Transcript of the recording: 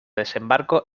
desembarco